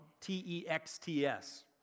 T-E-X-T-S